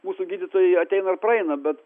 mūsų gydytojai ateina ir praeina bet